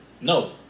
No